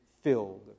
filled